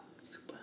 Super